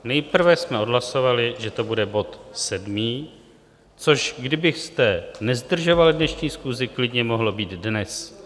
Nejprve jsme odhlasovali, že to bude bod sedmý, což, kdybyste nezdržovali dnešní schůzi, klidně mohlo být dnes.